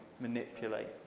manipulate